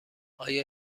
آیا